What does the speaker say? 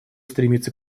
стремится